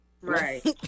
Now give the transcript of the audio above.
Right